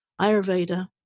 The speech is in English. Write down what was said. Ayurveda